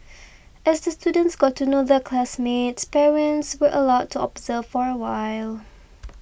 as the students got to know their classmates parents were allowed to observe for a while